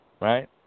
right